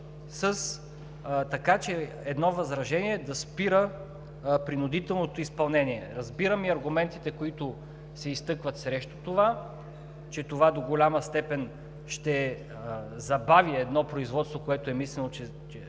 така че едно възражение да спира принудителното изпълнение. Разбирам и аргументите, които се изтъкват срещу това, че то до голяма степен ще забави едно производство, което е мислено като